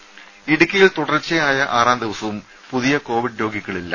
ടെഴ ഇടുക്കിയിൽ തുടർച്ചയായ ആറാം ദിവസവും പുതിയ കോവിഡ് രോഗികളിലില്ല